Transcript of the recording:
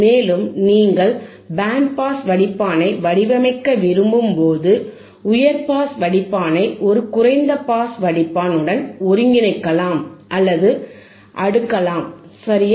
மேலும் நீங்கள் band pass வடிப்பானை வடிவமைக்க விரும்பும் போது உயர் பாஸ் வடிப்பானை ஒரு குறைந்த பாஸ் வடிப்பான் உடன் ஒருங்கிணைக்கலாம் அல்லது அடுக்கலாம் சரியா